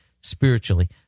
spiritually